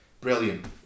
Brilliant